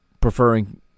preferring